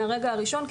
מהרגע הראשון,